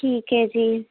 ਠੀਕ ਹੈ ਜੀ